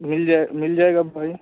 मिल जाए मिल जाएगा भाई